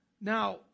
Now